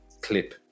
clip